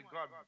God